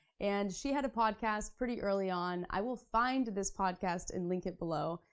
and she had a podcast pretty early on. i will find this podcast and link it below,